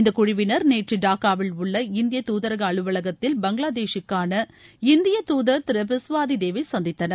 இந்தக்குழுவினர் நேற்றுடாக்காவில் உள்ள இந்திய துதரகஅலுவலகத்தில் பங்களாதேஷுக்கான இந்திய திருபிஸ்வாதிப்டேவைசந்தித்தனர்